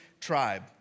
tribe